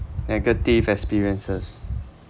negative experiences